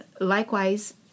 likewise